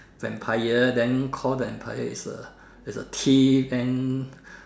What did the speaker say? empire then called the empire is a is a thief and